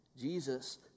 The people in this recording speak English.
Jesus